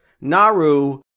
Naru